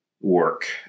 work